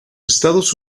estados